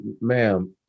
ma'am